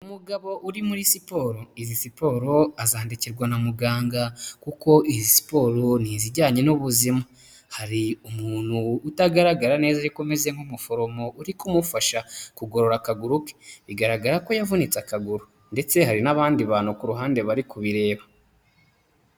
Umugabo uri muri siporo izi siporo azandikirwa na muganga kuko izi siporo ni izijyanye n'ubuzima hari umuntu utagaragara neza ariko ameze nk'umuforomo uri kumufasha kugorora akaguru ke bigaragara ko yavunitse akaguru ndetse hari n'abandi bantu ku ruhande bari kubireba.